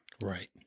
Right